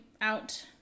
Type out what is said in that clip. out